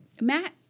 Matt